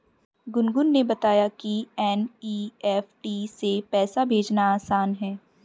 गुनगुन ने बताया कि एन.ई.एफ़.टी से पैसा भेजना आसान है